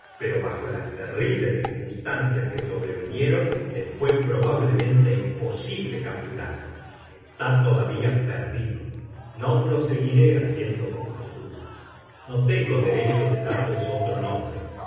pero bajo las terribles circunstancias que sobrevinieron le fué probablemente imposible capturarlo está todavía perdido no proseguiré haciendo conjeturas no tengo derecho de darles otro nombre